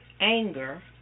anger